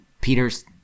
Peter's